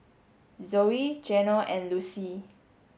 Zoey Geno and Lucie